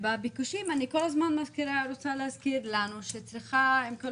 בביקושים אני כל הזמן רוצה להזכיר לנו שעם כל